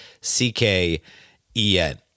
C-K-E-N